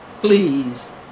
Please